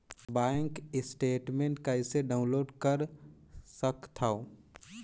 Bank statement कइसे download कर सकथव?